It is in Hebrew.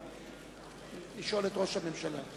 (קורא בשמות חברי הכנסת) פניה קירשנבאום, מצביעה.